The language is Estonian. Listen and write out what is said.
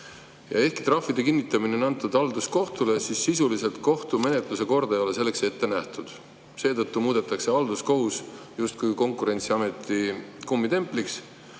kohus. Trahvide kinnitamine on antud halduskohtule, aga sisuliselt kohtumenetluse korda ei ole selleks ette nähtud. Seetõttu muudetakse halduskohus justkui Konkurentsiameti kummitempliks.